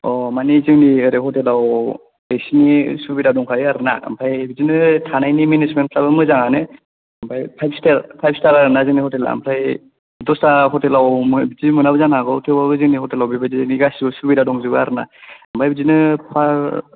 माने जोंनि ओरै हटेलाव ए चिनि सुबिदा दंखायो आरो ना ओमफ्राय बिदिनो थानायनि मेनेजमेन्टफ्राबो मोजाङानो ओमफ्राय फाइभ स्टार आरोना जोंनि हटेला ओमफ्राय दस्रा हटेलाव बिदि मोनाबो जानो हागौ थेवबाबो जोंनि हटेलाव बेबायदिनि गासिबो सुबिदा दंजोबो आरो ना ओमफ्राय बिदिनो पार